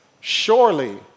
surely